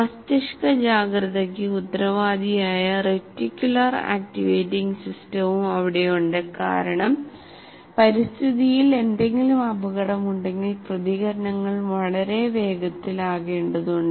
മസ്തിഷ്ക ജാഗ്രതയ്ക്ക് ഉത്തരവാദിയായ റെറ്റിക്യുലാർ ആക്റ്റിവേറ്റിംഗ് സിസ്റ്റവും ഇവിടെയുണ്ട് കാരണം പരിസ്ഥിതിയിൽ എന്തെങ്കിലും അപകടമുണ്ടെങ്കിൽ പ്രതികരണങ്ങൾ വളരെ വേഗത്തിലാകേണ്ടതുണ്ട്